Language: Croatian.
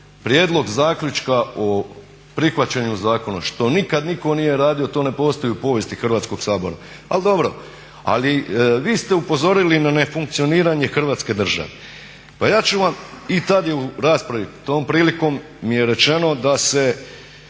prijedlog zaključka o prihvaćanju zakona što nikad nitko nije radio, to ne postoji u povijesti Hrvatskog sabora. Ali dobro. Ali, vi ste upozorili na nefunkcioniranje Hrvatske države. Pa ja ću vam, i tad je u raspravi tom prilikom mi je rečeno da